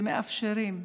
ומאפשרים,